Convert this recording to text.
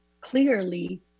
clearly